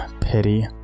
Pity